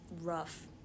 rough